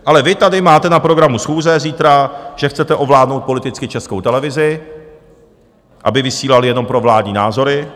Ale vy tady máte na programu schůze zítra, že chcete ovládnout politicky Českou televizi, aby vysílali jenom provládní názory.